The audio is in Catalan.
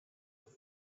però